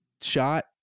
shot